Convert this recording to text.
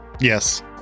Yes